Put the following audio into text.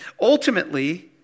Ultimately